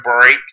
break